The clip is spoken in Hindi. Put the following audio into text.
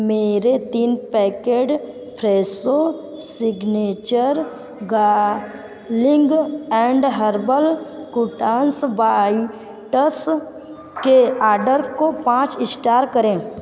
मेरे तीन packet Fresho signature garlic and herb croutons bites के ऑर्डर को पाँच स्टार करें